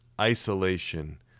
isolation